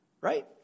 Right